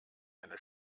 eine